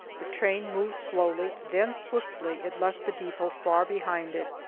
the train moved slowly, then swiftly it left the depot far behind it.